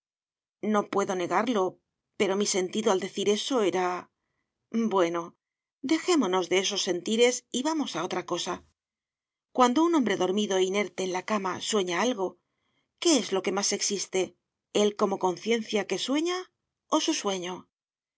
no puedo negarlo pero mi sentido al decir eso era bueno dejémonos de esos sentires y vamos a otra cosa cuando un hombre dormido e inerte en la cama sueña algo qué es lo que más existe él como conciencia que sueña o su sueño